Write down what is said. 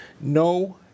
no